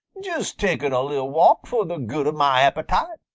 just taking a li'l walk fo' the good of mah appetite,